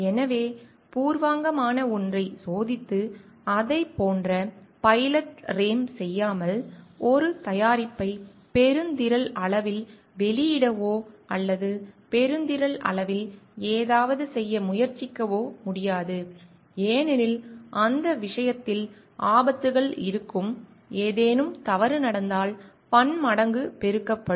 எனவே பூர்வாங்கமான ஒன்றைச் சோதித்து அதைப் போன்ற பைலட் ரேம் செய்யாமல் ஒரு தயாரிப்பை பெருந்திரள் அளவில் வெளியிடவோ அல்லது பெருந்திரள் அளவில் ஏதாவது செய்ய முயற்சிக்கவோ முடியாது ஏனெனில் அந்த விஷயத்தில் ஆபத்துகள் இருக்கும் ஏதேனும் தவறு நடந்தால் பன்மடங்கு பெருக்கப்படும்